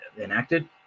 enacted